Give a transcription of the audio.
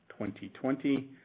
2020